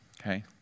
Okay